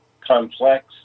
complex